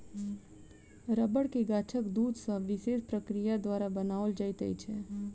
रबड़ के गाछक दूध सॅ विशेष प्रक्रिया द्वारा बनाओल जाइत छै